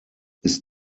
ist